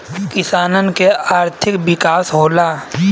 किसानन के आर्थिक विकास होला